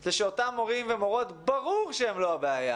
זה שאותם מורים ומורות, ברור שהם לא הבעיה